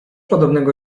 podobnego